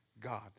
God